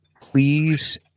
please